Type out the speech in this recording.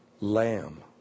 lamb